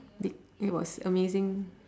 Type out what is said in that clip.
did it was amazing